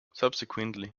subsequently